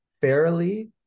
fairly